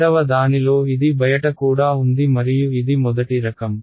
రెండవ దానిలో ఇది బయట కూడా ఉంది మరియు ఇది మొదటి రకం